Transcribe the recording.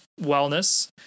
wellness